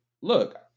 look